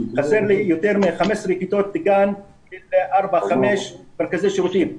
חסר לי יותר מ-15 כיתות ל-5-4 מרכזי שירותים.